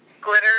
glitter